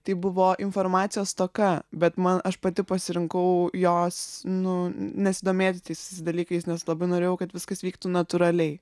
tai buvo informacijos stoka bet man aš pati pasirinkau jos nu nesidomėti tais dalykais nes labai norėjau kad viskas vyktų natūraliai